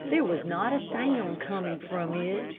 there was not a sound coming from it,